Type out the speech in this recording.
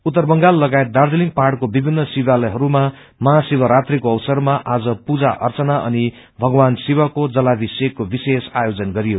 उत्तर बंगाल लगायत दार्जीलिङ पहाड़को विभिन्न शिवालयहरूमा महाशिव रात्रिको अवसरमा आज पूजा अर्चना अनि भगवान शिवको जलाभिषेकको विशेष आयोजन गरियो